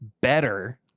better